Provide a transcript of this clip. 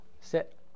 sit